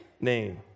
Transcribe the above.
name